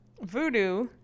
Voodoo